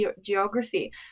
geography